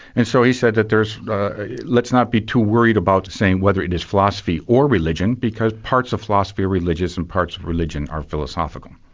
and so he said that, let's not be too worried about saying whether it is philosophy or religion, because parts of philosophy are religious and parts of religion are philosophical.